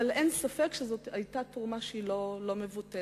אין ספק שזאת היתה תרומה לא מבוטלת.